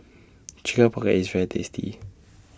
Chicken Pocket IS very tasty